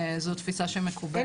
זאת תפיסה שמקובלת.